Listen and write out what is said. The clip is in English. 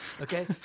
Okay